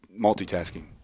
multitasking